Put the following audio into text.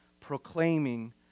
proclaiming